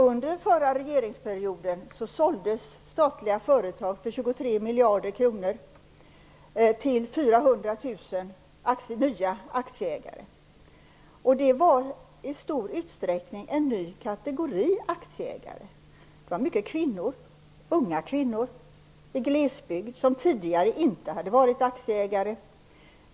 Under den förra regeringsperioden såldes statliga företag för 23 miljarder kronor till 400 000 nya aktieägare. Det var i stor utsträckning en ny kategori aktieägare. Det var många kvinnor - unga kvinnor och kvinnor i glesbygd - som inte tidigare hade varit aktieägare.